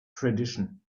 tradition